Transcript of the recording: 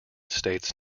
states